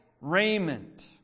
raiment